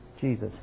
Jesus